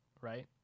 right